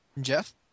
Jeff